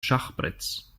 schachbretts